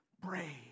brave